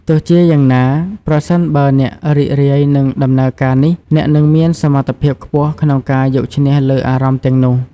ទោះជាយ៉ាងណា ប្រសិនបើអ្នករីករាយនឹងដំណើរការនេះ អ្នកនឹងមានសមត្ថភាពខ្ពស់ក្នុងការយកឈ្នះលើអារម្មណ៍ទាំងនោះ។